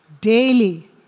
Daily